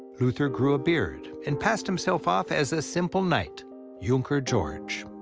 luther grew a beard and passed himself off as a simple knight junker george.